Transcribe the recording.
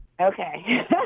Okay